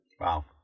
Wow